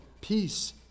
peace